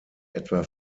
etwa